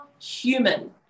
human